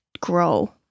grow